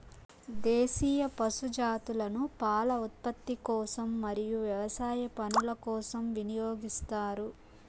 దేశీయ పశు జాతులను పాల ఉత్పత్తి కోసం మరియు వ్యవసాయ పనుల కోసం వినియోగిస్తారు